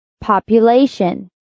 Population